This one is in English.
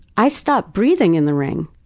i stop breathing in the ring.